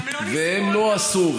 והם לא עשו.